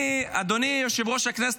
אדוני יושב-ראש הכנסת,